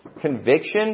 conviction